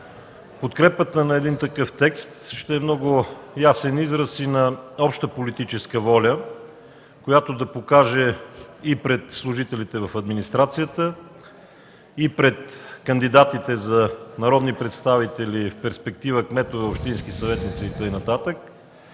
Подкрепата на един такъв текст ще е много ясен израз и на обща политическа воля, която да покаже и пред служителите в администрацията, и пред кандидатите за народни представители в перспектива кметове, общински съветници и така